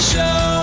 Show